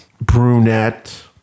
brunette